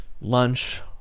lunch